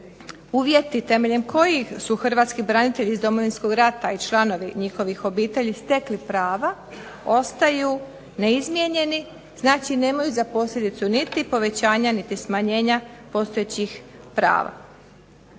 uvjeti temeljem kojih su Hrvatski branitelji iz Domovinskog rata i članovi njihovih obitelji stekli prava ostaju neizmijenjeni znači nemaju za posljedicu niti povećavanja niti smanjenja postojećih prava.